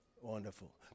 Wonderful